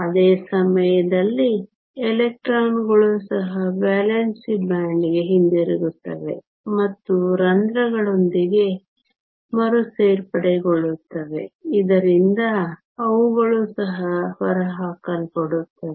ಅದೇ ಸಮಯದಲ್ಲಿ ಎಲೆಕ್ಟ್ರಾನ್ಗಳು ಸಹ ವೇಲೆನ್ಸಿ ಬ್ಯಾಂಡ್ಗೆ ಹಿಂತಿರುಗುತ್ತವೆ ಮತ್ತು ರಂಧ್ರಗಳೊಂದಿಗೆ ಮರುಸೇರ್ಪಡೆಗೊಳ್ಳುತ್ತವೆ ಇದರಿಂದ ಅವುಗಳು ಸಹ ಹೊರಹಾಕಲ್ಪಡುತ್ತವೆ